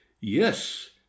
Yes